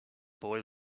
boy